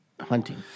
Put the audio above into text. hunting